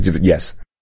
Yes